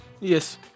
Yes